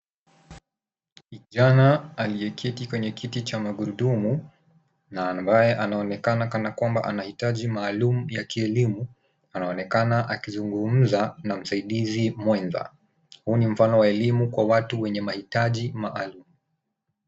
Kijana aliyeketi kwenye kiti cha magurudumu na ambaye anaonekana kana kwamba anahitaji maalum ya kielimu, anaonekana akizungumza na msaidizi mwenza. Huu ni mfano wa elimu kwa watu wenye mahitaji maalum.